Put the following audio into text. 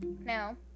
now